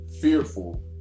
fearful